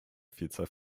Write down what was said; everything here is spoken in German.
vielzahl